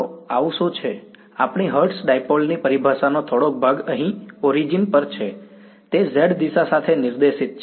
તો આવું શું છે આપણી હર્ટ્ઝ ડાઈપોલ ની પરિભાષાનો થોડો ભાગ અહીં ઓરીજીન પર બેઠો છે તે z- દિશા સાથે નિર્દેશિત છે